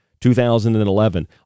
2011